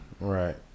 Right